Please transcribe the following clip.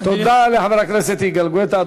תודה לחבר הכנסת יגאל גואטה.